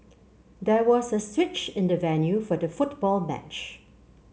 there was a switch in the venue for the football match